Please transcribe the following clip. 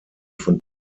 von